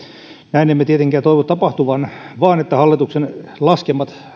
näin emme tietenkään toivo tapahtuvan vaan toivomme että hallituksen laskelmat